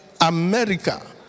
America